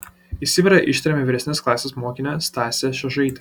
į sibirą ištrėmė vyresnės klasės mokinę stasę šėžaitę